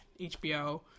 HBO